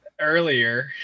Earlier